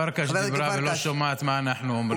פרקש דיברה ולא שומעת מה אנחנו אומרים.